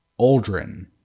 Aldrin